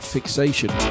Fixation